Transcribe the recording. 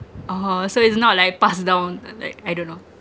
oh so it's not like passed down uh like I don't know